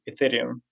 Ethereum